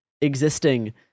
existing